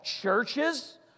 Churches